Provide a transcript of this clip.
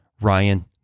Ryan